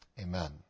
Amen